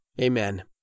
Amen